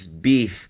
beef